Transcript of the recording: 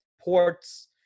ports